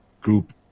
group